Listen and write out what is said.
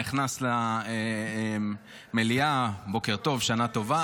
כשהגיע הרגע שבו גדעון סער החליט להצטרף לממשלה כדי לחזק אותה,